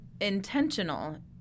intentional